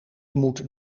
moet